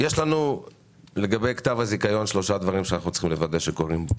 לנו לגבי כתב הזיכיון שלושה דברים שאנו צריכים לוודא שקורים: